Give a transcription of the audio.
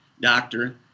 doctor